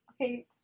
okay